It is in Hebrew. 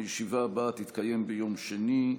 הישיבה הבאה תתקיים ביום שני,